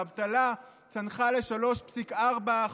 האבטלה צנחה ל-3.4%,